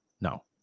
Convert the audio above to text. No